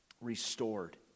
restored